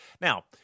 Now